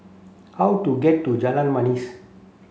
how do get to Jalan Manis